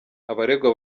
abaregwa